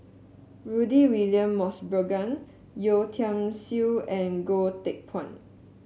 Rudy William Mosbergen Yeo Tiam Siew and Goh Teck Phuan